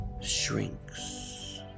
shrinks